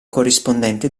corrispondente